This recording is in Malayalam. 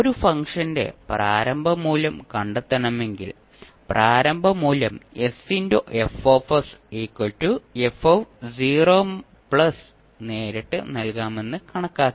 ഒരു ഫംഗ്ഷന്റെ പ്രാരംഭ മൂല്യം കണ്ടെത്തണമെങ്കിൽ പ്രാരംഭ മൂല്യം നേരിട്ട് നൽകാമെന്ന് കണക്കാക്കി